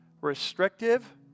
restrictive